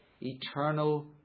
eternal